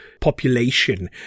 population